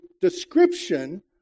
description